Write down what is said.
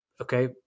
Okay